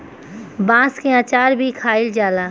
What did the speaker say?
बांस के अचार भी खाएल जाला